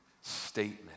statement